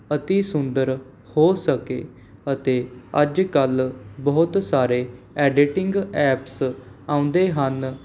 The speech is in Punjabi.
ਅਤੀ ਸੁੰਦਰ ਹੋ ਸਕੇ ਅਤੇ ਅੱਜ ਕੱਲ੍ਹ ਬਹੁਤ ਸਾਰੇ ਐਡੀਟਿੰਗ ਐਪਸ ਆਉਂਦੇ ਹਨ